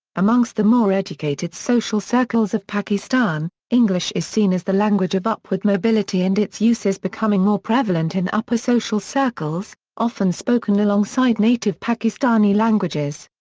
amongst the more educated social circles of pakistan, english is seen as the language of upward mobility and its use is becoming more prevalent in upper social circles, often spoken alongside native pakistani languages.